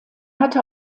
hatte